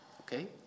Okay